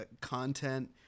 content